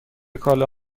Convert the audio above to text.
کالا